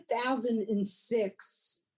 2006